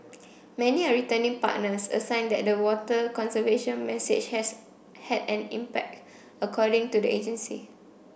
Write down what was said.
many are returning partners a sign that the water conservation message has had an impact according to the agency